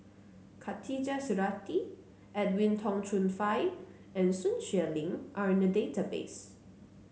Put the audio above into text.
Khatijah Surattee Edwin Tong Chun Fai and Sun Xueling are in the database